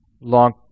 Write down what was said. long